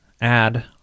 add